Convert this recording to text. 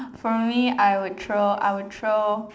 for me I would throw I would throw